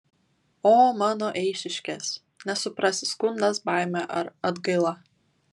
o mano eišiškės nesuprasi skundas baimė ar atgaila